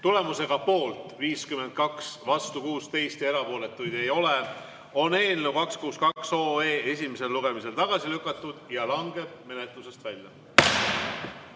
Tulemusega poolt 52, vastu 16 ja erapooletuid ei ole, on eelnõu 262 esimesel lugemisel tagasi lükatud ja langeb menetlusest välja.